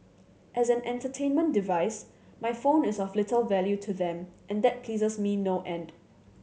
as an entertainment device my phone is of little value to them and that pleases me no end